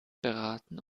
beraten